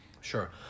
sure